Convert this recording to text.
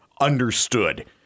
understood